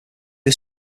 was